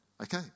okay